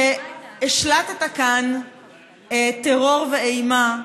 שהשלטת כאן טרור ואימה,